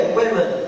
women